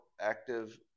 active